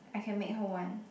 I can make her [one]